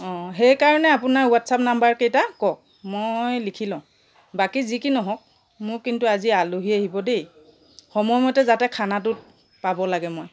অ' সেইকাৰণে আপোনাৰ হোৱাটছএপ নম্বৰকেইটা কওক মই লিখি লওঁ বাকী যি কি নহওক মোৰ কিন্তু আজি আলহী আহিব দেই সময়মতে যাতে খানাটো পাব লাগে মই